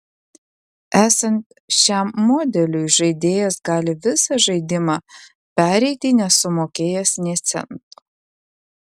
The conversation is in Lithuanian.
esant šiam modeliui žaidėjas gali visą žaidimą pereiti nesumokėjęs nė cento